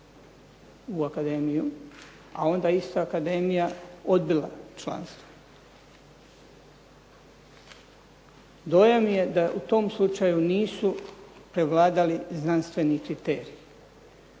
u akademiju, a onda je isto akademija odbila članstvo. Dojam je da u tom slučaju nisu prevladali znanstveni kriteriji,